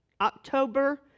October